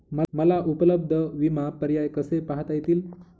मला उपलब्ध विमा पर्याय कसे पाहता येतील?